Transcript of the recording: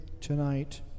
tonight